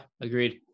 agreed